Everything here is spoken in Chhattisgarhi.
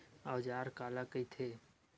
औजार काला कइथे?